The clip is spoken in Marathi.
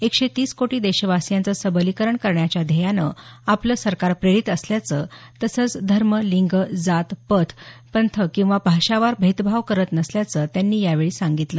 एकशे तीस कोटी देशवासियांचं सबलीकरण करण्याच्या ध्येय्यानं आपलं सरकार प्रेरीत असल्याचं तसंच धर्म लिंग जात पंथ किंवा भाषावार भेदभाव करत नसल्याचं त्यांनी यावेळी सांगितलं